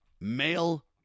male